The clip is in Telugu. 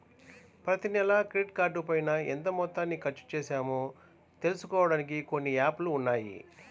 ప్రతినెలా క్రెడిట్ కార్డుపైన ఎంత మొత్తాన్ని ఖర్చుచేశామో తెలుసుకోడానికి కొన్ని యాప్ లు ఉన్నాయి